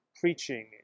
preaching